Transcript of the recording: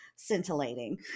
scintillating